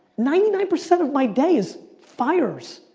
ninety nine percent of my day is fires.